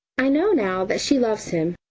i know now that she loves him,